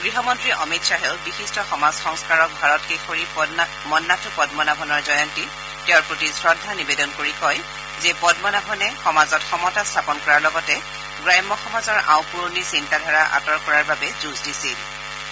গৃহমন্ত্ৰী আমিত শ্বাহেও বিশিষ্ট সমাজ সংস্কাৰক ভাৰত কেশৰী মন্নাথু পদ্মনাভনৰ জয়ন্তীত তেওঁৰ প্ৰতি শ্ৰদ্ধা নিবেদন কৰি কয় যে প্ৰঘনাভনে সমাজত সমতা স্থাপন কৰাৰ লগতে গ্ৰাম্য সমাজৰ আওপূৰণি চিন্তাধাৰা আঁতৰ কৰাৰ বাবে যূঁজ দিছলি